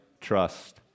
trust